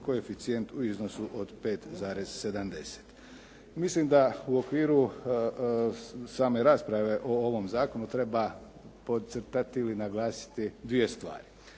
koeficijent u iznosu od 5,70. Mislim da u okviru same rasprave o ovom zakonu treba podcrtati ili naglasiti dvije stvari.